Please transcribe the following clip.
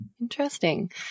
interesting